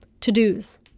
to-dos